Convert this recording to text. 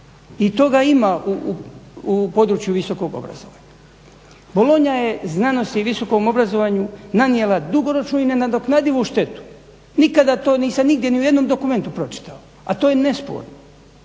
i toga ima u području visokog obrazovanja. Bolonja je znanosti o visokom obrazovanju dugoročnu i nenadoknadivu štetu. Nikada to nisam nigdje ni u jednom dokumentu pročitao a to je nesporno.